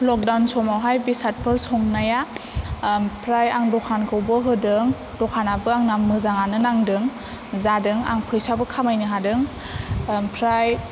lockdown समावहाय बेसादफोर संनाया ओमफ्राय आं दखानखौबो होदों दखाना बो आंना मोजांआनो नांदों जादों आं फैसाबो खामायनो हादों ओमफ्राय